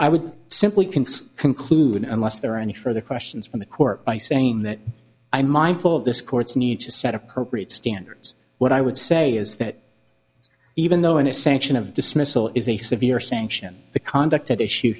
i would simply can conclude unless there are any further questions from the court by saying that i'm mindful of this court's need to set appropriate standards what i would say is that even though in a sanction of dismissal is a severe sanction the conduct of the issue